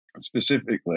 specifically